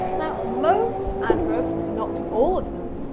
now most adverbs, not all of them,